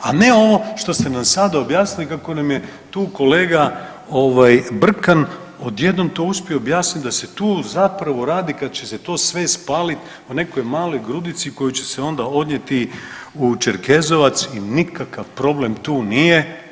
A ne ovo što ste nam sada objasnili kako nam je tu kolega Brkan odjednom to uspio objasniti da se tu zapravo radi kad će se to sve spaliti u nekoj maloj grudici koju će se onda odnijeti u Čerkezovac i nikakav problem tu nije.